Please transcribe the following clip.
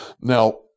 Now